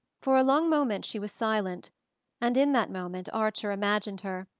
for a long moment she was silent and in that moment archer imagined her,